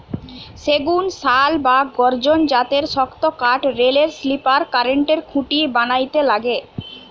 সেগুন, শাল বা গর্জন জাতের শক্তকাঠ রেলের স্লিপার, কারেন্টের খুঁটি বানাইতে লাগে